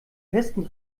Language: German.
festen